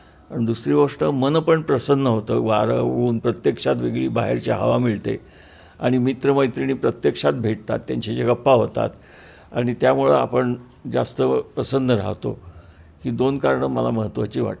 पण दुसरी गोष्ट मन पण प्रसन्न होतं वारं ऊन प्रत्यक्षात वेगळी बाहेरची हवा मिळते आणि मित्रमैत्रिणी प्रत्यक्षात भेटतात त्यांच्याशी गप्पा होतात आणि त्यामुळं आपण जास्त प्रसन्न राहतो ही दोन कारणं मला महत्त्वाची वाटतात